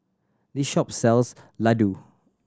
this shop sells laddu